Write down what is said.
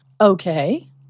okay